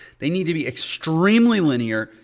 they need to be extremely linear,